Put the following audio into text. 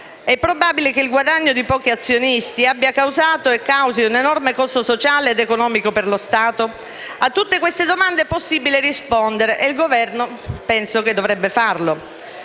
È probabile che il guadagno di pochi azionisti abbia causato e causi un enorme costo sociale ed economico per lo Stato? A tutte queste domande è possibile rispondere e il Governo dovrebbe farlo,